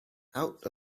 out